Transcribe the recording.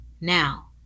Now